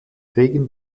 regen